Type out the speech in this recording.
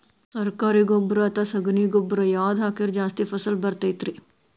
ಸರಕಾರಿ ಗೊಬ್ಬರ ಅಥವಾ ಸಗಣಿ ಗೊಬ್ಬರ ಯಾವ್ದು ಹಾಕಿದ್ರ ಜಾಸ್ತಿ ಫಸಲು ಬರತೈತ್ರಿ?